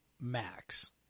max